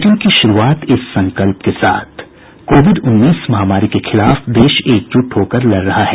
bulletin की शुरूआत इस संकल्प के साथ कोविड उन्नीस महामारी के खिलाफ देश एकजुट होकर लड़ रहा है